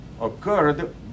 occurred